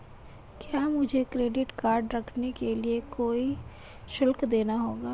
क्या मुझे credit card रखने के लिए कोई शुल्क देना होगा?